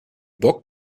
bock